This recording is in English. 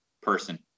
person